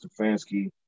Stefanski